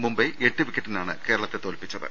മുംബൈ എട്ട് വിക്കറ്റിനാണ് കേരളത്തെ തോൽപിച്ചത്